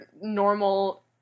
normal